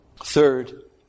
Third